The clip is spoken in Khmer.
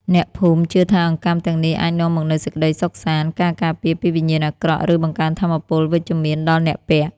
អ្នកភូមិជឿថាអង្កាំទាំងនេះអាចនាំមកនូវសេចក្តីសុខសាន្ត ការការពារពីវិញ្ញាណអាក្រក់ ឬបង្កើនថាមពពលវិជ្ជមានដល់អ្នកពាក់។